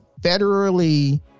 federally